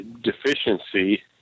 deficiency